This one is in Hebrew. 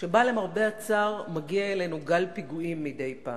שבה למרבה הצער מגיע אלינו גל פיגועים מדי פעם,